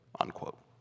unquote